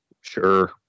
sure